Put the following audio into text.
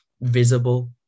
visible